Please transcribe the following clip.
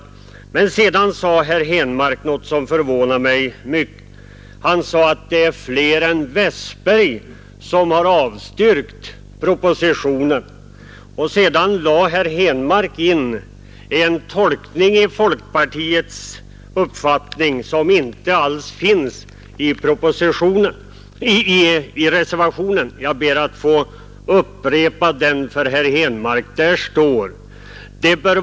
Herr Henmark sade sedan något som förvånade mig mycket, nämligen att det är fler än herr Westberg i Ljusdal som har avstyrkt propositionen. Och så lade herr Henmark i folkpartiets uppfattning in en tolkning som inte alls finns med i reservationen.